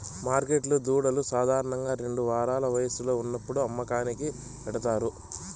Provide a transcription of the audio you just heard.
మార్కెట్లో దూడలు సాధారణంగా రెండు వారాల వయస్సులో ఉన్నప్పుడు అమ్మకానికి పెడతారు